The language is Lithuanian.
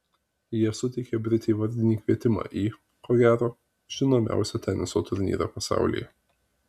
jie suteikė britei vardinį kvietimą į ko gero žinomiausią teniso turnyrą pasaulyje